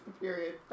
period